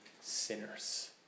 sinners